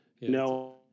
No